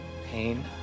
Pain